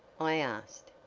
i asked.